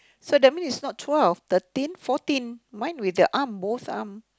so that means it's not twelve thirteen fourteen mine with the arm both arm